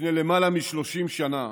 לפני למעלה מ-30 שנה